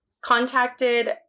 contacted